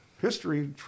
history